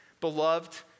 beloved